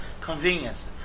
convenience